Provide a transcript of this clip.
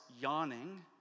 yawning